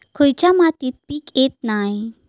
खयच्या मातीत पीक येत नाय?